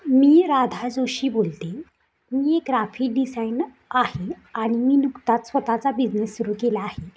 मी राधा जोशी बोलते मी एक ग्राफिक डिझाईन आहे आणि मी नुकताच स्वतःचा बिझनेस सुरू केला आहे